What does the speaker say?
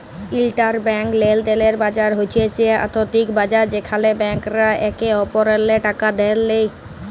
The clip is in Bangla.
ইলটারব্যাংক লেলদেলের বাজার হছে সে আথ্থিক বাজার যেখালে ব্যাংকরা একে অপরেল্লে টাকা ধার লেয়